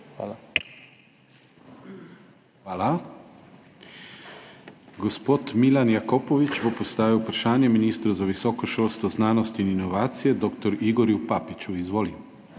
Hvala. Gospod Milan Jakopovič bo postavil vprašanje ministru za visoko šolstvo, znanost in inovacije dr. Igorju Papiču. Izvoli.